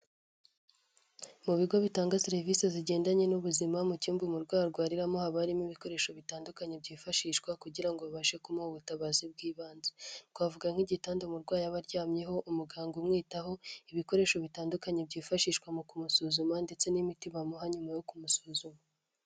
Mu bigo bitanga serivisi zigendanye n'ubuzima mu cyumba umurwayi arwariramo, haba harimo ibikoresho bitandukanye byifashishwa kugira ngo babashe kumuha ubutabazi bw'ibanze, twavuga nk'igitanda umurwayi aba aryamyeho, umuganga umwitaho ibikoresho bitandukanye byifashishwa mu kumusuzuma ndetse n'imiti bamuha nyuma yo kumusuzuma.